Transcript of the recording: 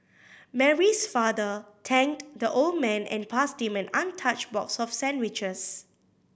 Mary's father thanked the old man and passed him an untouched box of sandwiches